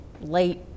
Late